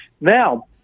Now